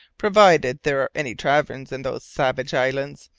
provided there are any taverns in those savage islands,